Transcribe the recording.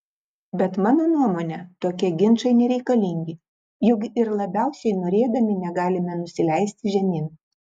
bet mano nuomone tokie ginčai nereikalingi juk ir labiausiai norėdami negalime nusileisti žemyn